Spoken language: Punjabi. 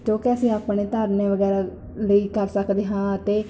ਕਿਉਂਕਿ ਅਸੀਂ ਆਪਣੇ ਧਰਨੇ ਵਗੈਰਾ ਲਈ ਕਰ ਸਕਦੇ ਹਾਂ ਅਤੇ